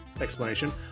explanation